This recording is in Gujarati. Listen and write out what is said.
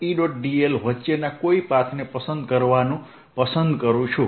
dl વચ્ચેના કોઈ પાથને પસંદ કરવાનું પસંદ કરું છું